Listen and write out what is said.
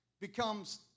becomes